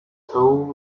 whole